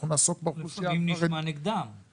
אנחנו נעסוק באוכלוסייה החרדית,